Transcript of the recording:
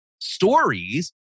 stories